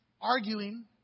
arguing